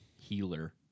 healer